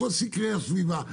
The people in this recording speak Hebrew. כל סקרי הסביבה נעשו.